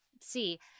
see